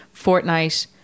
Fortnite